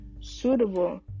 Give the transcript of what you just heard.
suitable